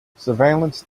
surveillance